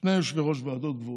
שני יושבי-ראש ועדות קבועות,